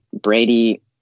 brady